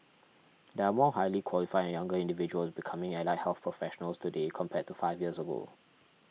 there are more highly qualified and younger individuals becoming allied health professionals today compared to five years ago